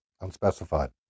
unspecified